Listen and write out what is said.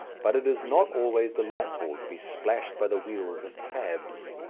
but it is not always delightful to be splashed by the wheels of cabs.